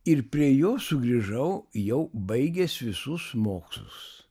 ir prie jo sugrįžau jau baigęs visus mokslus